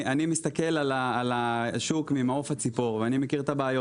אני מסתכל על השוק ממעוף הציפור ואני מכיר את הבעיות